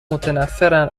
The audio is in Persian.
متنفرن